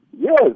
Yes